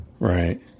Right